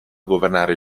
governare